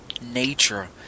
nature